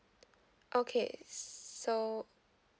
okay so